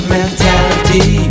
mentality